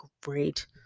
great